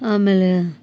ಆಮೇಲೆ